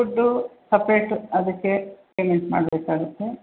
food separate ಅದಕ್ಕೆ payment ಮಾಡಬೇಕಾಗತ್ತೆ